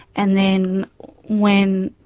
and then when,